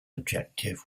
objective